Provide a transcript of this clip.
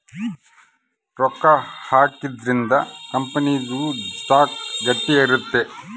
ರೊಕ್ಕ ಹಾಕೊದ್ರೀಂದ ಕಂಪನಿ ದು ಸ್ಟಾಕ್ ಗಟ್ಟಿ ಇರುತ್ತ